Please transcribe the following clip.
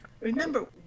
Remember